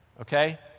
okay